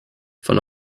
von